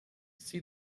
see